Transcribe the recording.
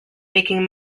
making